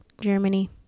Germany